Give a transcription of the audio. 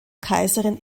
kaiserin